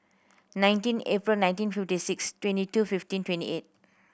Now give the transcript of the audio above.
nineteen April nineteen fifty six twenty two fifteen twenty eight